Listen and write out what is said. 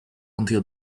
until